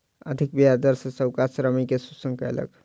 अधिक ब्याज दर सॅ साहूकार श्रमिक के शोषण कयलक